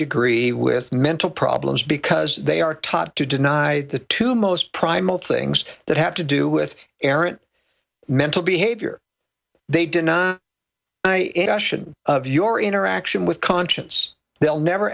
degree with mental problems because they are taught to deny the two most primal things that have to do with errant mental behavior they deny it i should of your interaction with conscience they'll never